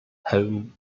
holm